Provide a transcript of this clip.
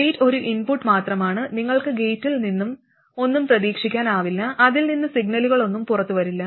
gate ഒരു input മാത്രമാണ് നിങ്ങൾക്ക് ഗേറ്റിൽ നിന്ന് ഒന്നും പ്രതീക്ഷിക്കാനാവില്ല അതിൽ നിന്ന് സിഗ്നലുകളൊന്നും പുറത്തുവരുന്നില്ല